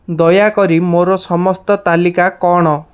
ଦୟାକରି ମୋର ସମସ୍ତ ତାଲିକା କ'ଣ